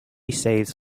saves